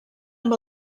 amb